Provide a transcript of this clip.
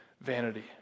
vanity